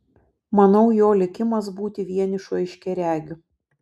manau jo likimas būti vienišu aiškiaregiu